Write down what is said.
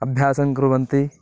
अभ्यासङ्कुर्वन्ति